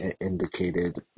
indicated